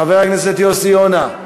חבר הכנסת יוסי יונה.